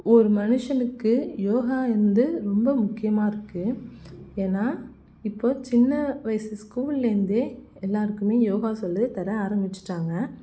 ஒரு மனுசனுக்கு யோகா வந்து ரொம்ப முக்கியமாக இருக்குது ஏன்னா இப்போது சின்ன வயசு ஸ்கூலேருந்தே எல்லோருக்குமே யோகா சொல்லி தர ஆரம்மிச்சிட்டாங்க